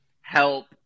help